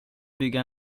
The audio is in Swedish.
bygga